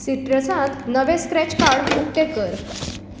सिटरसांत नवें scratch card उकतें कर